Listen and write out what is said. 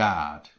God